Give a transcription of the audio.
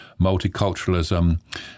multiculturalism